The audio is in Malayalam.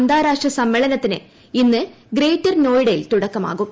അന്താരാഷ്ട്ര സമ്മേളനത്തിന് ഇന്ന് ഗ്രേറ്റർ നോയിഡയിൽ തുടക്കമാകും